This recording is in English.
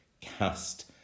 cast